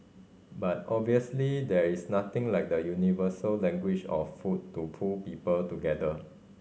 but obviously there is nothing like the universal language of food to pull people together